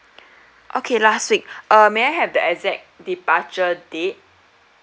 okay last week uh may I have the exact departure date